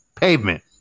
pavement